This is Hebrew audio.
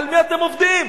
על מי אתם עובדים?